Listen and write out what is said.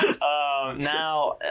Now